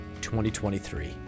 2023